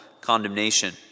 condemnation